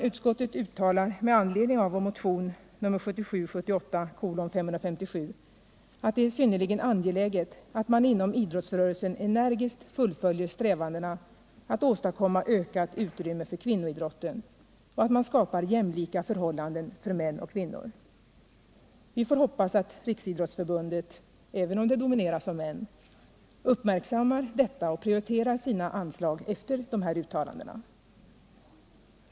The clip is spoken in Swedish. Utskottet uttalar med anledning av vår motion 1977/78:557 att det är synnerligen angeläget att man inom idrottsrörelsen energiskt fullföljer strävandena att åstadkomma ökat utrymme för kvinnoidrotten och att man skapar jämlika förhållanden för män och kvinnor. Vi får hoppas att Riksidrottsförbundet — även om det domineras av män — uppmärksammar detta och prioriterar sina anslag efter dessa uttalanden.